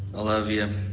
love ya. a